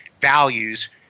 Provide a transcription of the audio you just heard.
values